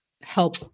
help